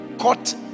caught